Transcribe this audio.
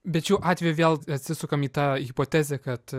bet šiuo atveju vėl atsisukam į tą hipotezę kad